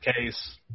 case